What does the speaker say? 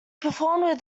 performed